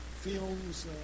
films